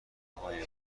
های